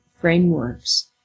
frameworks